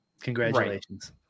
Congratulations